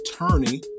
attorney